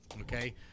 Okay